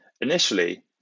Initially